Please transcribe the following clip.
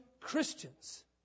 Christians